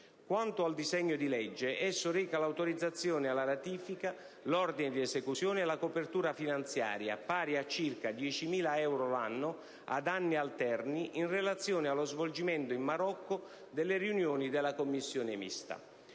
Quanto al disegno di legge, esso reca l'autorizzazione alla ratifica, l'ordine di esecuzione e la copertura finanziaria pari a circa 10.000 euro l'armo, ad anni alterni, in relazione allo svolgimento in Marocco delle riunioni della commissione mista.